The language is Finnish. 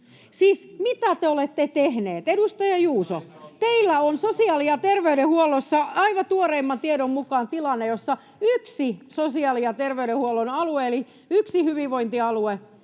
Siis mitä te olette tehneet? Edustaja Juuso, teillä on sosiaali- ja terveydenhuollossa aivan tuoreimman tiedon mukaan tilanne, jossa yksi sosiaali- ja terveydenhuollon alue eli yksi hyvinvointialue,